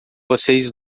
vocês